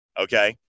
Okay